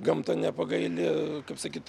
gamta nepagaili kaip sakyt